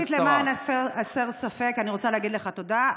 ראשית, למען הסר ספק, אני רוצה להגיד לך תודה.